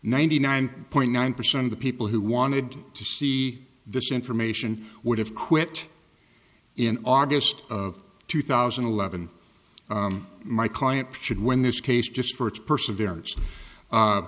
ninety nine point nine percent of the people who wanted to see this information would have quit in august of two thousand and eleven my client should win this case just for its perseverance